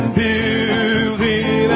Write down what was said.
building